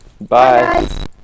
Bye